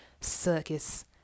circus